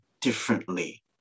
differently